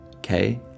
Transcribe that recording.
Okay